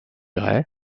gray